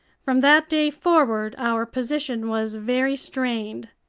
from that day forward our position was very strained.